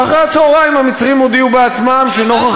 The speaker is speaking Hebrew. ואחרי הצהריים המצרים הודיעו בעצמם שנוכח